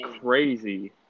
crazy